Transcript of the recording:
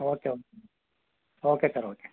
okay okay sir okay